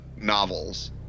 novels